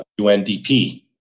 UNDP